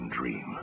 dream